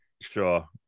Sure